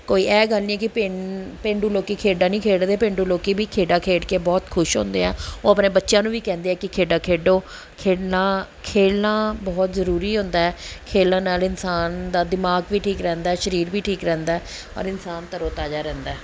ਕੋਈ ਇਹ ਗੱਲ ਨਹੀਂ ਕਿ ਪੇਂ ਪੇਂਡੂ ਲੋਕ ਖੇਡਾਂ ਨਹੀਂ ਖੇਡਦੇ ਪੇਂਡੂ ਲੋਕ ਵੀ ਖੇਡਾਂ ਖੇਡ ਕੇ ਬਹੁਤ ਖੁਸ਼ ਹੁੰਦੇ ਆ ਉਹ ਆਪਣੇ ਬੱਚਿਆਂ ਨੂੰ ਵੀ ਕਹਿੰਦੇ ਆ ਕਿ ਖੇਡਾਂ ਖੇਡੋ ਖੇਡਣਾ ਖੇਡਣਾ ਬਹੁਤ ਜ਼ਰੂਰੀ ਹੁੰਦਾ ਖੇਡਣ ਨਾਲ ਇਨਸਾਨ ਦਾ ਦਿਮਾਗ ਵੀ ਠੀਕ ਰਹਿੰਦਾ ਸਰੀਰ ਵੀ ਠੀਕ ਰਹਿੰਦਾ ਔਰ ਇਨਸਾਨ ਤਰੋ ਤਾਜ਼ਾ ਰਹਿੰਦਾ